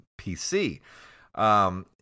PC